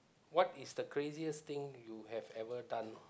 what is the craziest thing you have ever done